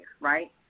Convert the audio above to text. right